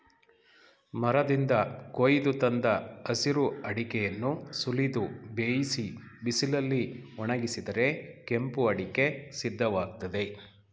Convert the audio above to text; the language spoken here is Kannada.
ಮರದಿಂದ ಕೊಯ್ದು ತಂದ ಹಸಿರು ಅಡಿಕೆಯನ್ನು ಸುಲಿದು ಬೇಯಿಸಿ ಬಿಸಿಲಲ್ಲಿ ಒಣಗಿಸಿದರೆ ಕೆಂಪು ಅಡಿಕೆ ಸಿದ್ಧವಾಗ್ತದೆ